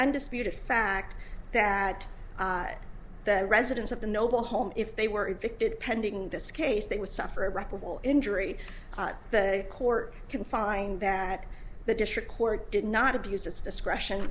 undisputed fact that the residents of the noble home if they were evicted pending this case they would suffer irreparable injury the court can find that the district court did not abused its discretion